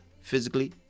physically